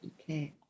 Okay